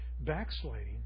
backsliding